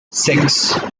six